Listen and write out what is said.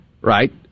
right